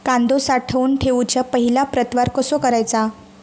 कांदो साठवून ठेवुच्या पहिला प्रतवार कसो करायचा?